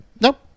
Nope